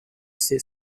stessi